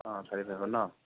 অ ন'